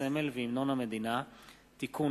הסמל והמנון המדינה (תיקון,